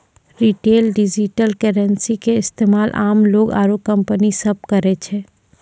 retail digital currency के इस्तेमाल आम लोग आरू कंपनी सब करै छै